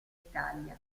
italia